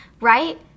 right